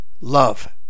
love